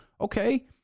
okay